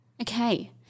Okay